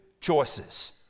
choices